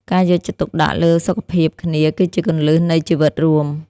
ការយកចិត្តទុកដាក់លើសុខភាពគ្នាគឺជាគន្លឹះនៃជីវិតរួម។